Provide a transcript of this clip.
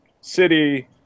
city